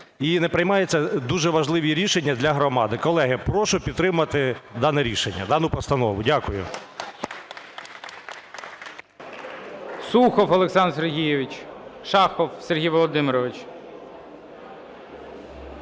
і не приймаються дуже важливі рішення для громади. Колеги, прошу підтримати дане рішення, дану постанову. Дякую. ГОЛОВУЮЧИЙ. Сухов Олександр Сергійович. Шахов Сергій Володимирович.